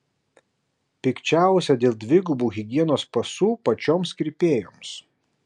pikčiausia dėl dvigubų higienos pasų pačioms kirpėjoms